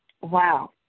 wow